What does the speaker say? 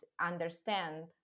understand